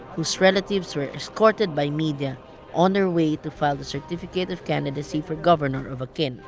whose relatives were escorted by media on their way to file the certificate of candidacy for governor of a kin